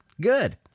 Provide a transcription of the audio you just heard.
Good